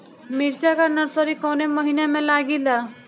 मिरचा का नर्सरी कौने महीना में लागिला?